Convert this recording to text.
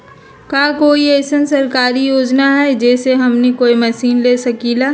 का कोई अइसन सरकारी योजना है जै से हमनी कोई मशीन ले सकीं ला?